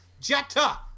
Jetta